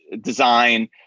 design